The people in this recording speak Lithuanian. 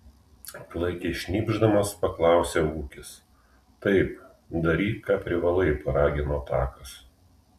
klaikiai šnypšdamas paklausė ūkis taip daryk ką privalai paragino takas